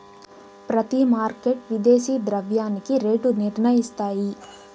ప్రతి మార్కెట్ విదేశీ ద్రవ్యానికి రేటు నిర్ణయిస్తాయి